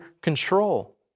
control